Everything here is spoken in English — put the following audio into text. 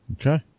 okay